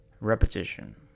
Repetition